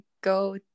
go